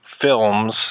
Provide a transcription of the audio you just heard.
films